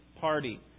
party